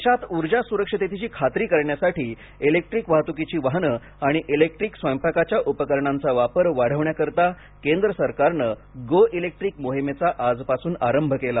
देशात ऊर्जा सुरक्षिततेची खात्री करण्यासाठी इलेक्ट्रीक वाहतुकीची वाहन आणि इलेक्ट्रीक स्वयंपाकाची उपकरणांचा वापर वाढविण्याकरिता केंद्र सरकारनं गो इलेक्ट्रीक मोहिमेचा आजपासून आरंभ केला